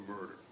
murder